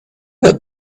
not